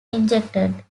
injected